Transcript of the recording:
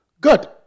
Good